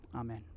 amen